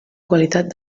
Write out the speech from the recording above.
qualitat